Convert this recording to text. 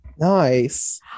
Nice